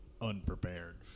unprepared